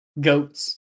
Goats